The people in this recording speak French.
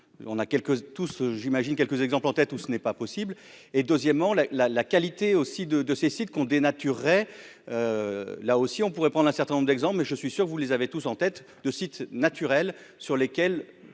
tout ce j'imagine quelques exemples en tête ou ce n'est pas possible et deuxièmement la la la qualité aussi de de Cécile con dénaturerait là aussi on pourrait prendre un certain nombre d'exemples mais je suis sûr que vous les avez tous en tête de sites naturels sur lesquels